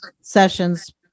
sessions